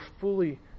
fully